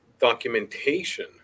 documentation